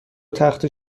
تخته